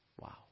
Wow